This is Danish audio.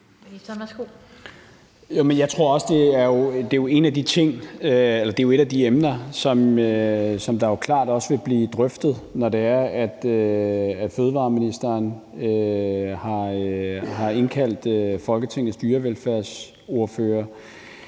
Jeg tror også, at det jo er et af de emner, som der klart også vil blive drøftet, når fødevareministeren har indkaldt Folketingets dyrevelfærdsordførere.